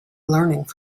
learning